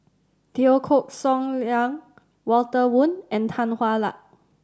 Teo Liang Walter Woon and Tan Hwa Luck